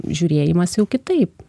žiūrėjimas jau kitaip